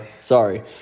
sorry